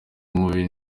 mubi